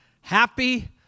Happy